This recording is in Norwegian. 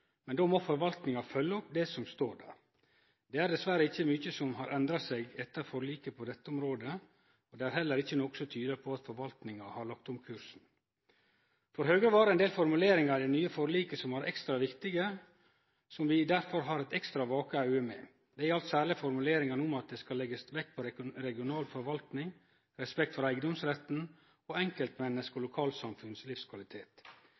men då må forvaltninga følgje opp det som står der. Det er dessverre ikkje mykje som har endra seg etter forliket på dette området, og det er heller ikkje noko som tyder på at forvaltninga har lagt om kursen. For Høgre er det ein del formuleringar i det nye forliket som er ekstra viktige, og som vi derfor held eit ekstra vake auge med. Det gjeld særleg formuleringane om at det skal «legges vekt på regional forvaltning, respekt for eiendomsretten, og enkeltmenneskers og lokalsamfunns livskvalitet».